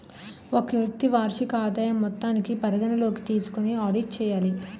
ఒక వ్యక్తి వార్షిక ఆదాయం మొత్తాన్ని పరిగణలోకి తీసుకొని ఆడిట్ చేయాలి